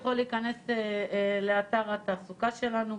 המעסיק יכול להיכנס לאתר התעסוקה שלנו,